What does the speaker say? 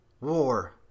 War